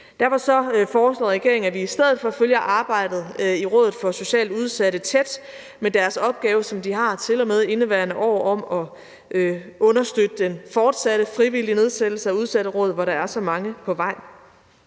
Derfor foreslår regeringen, at vi i stedet for tæt følger arbejdet i Rådet for Socialt Udsatte med den opgave, som de har til og med indeværende år, med at understøtte den fortsatte frivillige nedsættelse af udsatteråd, hvor der er så mange på vej.